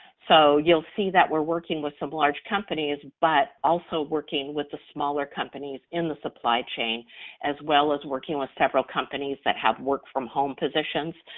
so you'll see that we're working with some large companies, but also working with the smaller companies in the supply chain as well as working with several companies that have work-from-home positions,